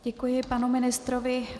Děkuji panu ministrovi.